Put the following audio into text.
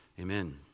Amen